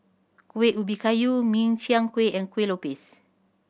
Kuih Ubi Kayu Min Chiang Kueh and Kuih Lopes